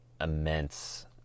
immense